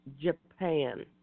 Japan